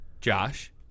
Josh